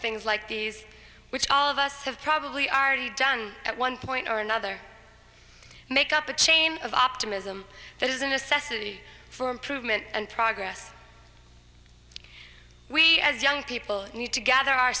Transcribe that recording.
things like these which all of us have probably already done at one point or another make up a chain of optimism that is a necessity for improvement and progress we as young people need to gather our